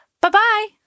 Bye-bye